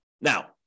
Now